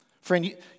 Friend